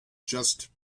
just